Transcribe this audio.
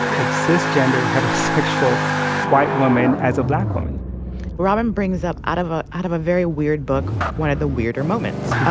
a cisgender heterosexual white woman as a black woman robin brings up, out of ah out of a very weird book, one of the weirder moments,